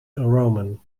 roamen